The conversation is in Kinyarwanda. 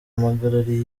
mpagarariye